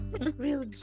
real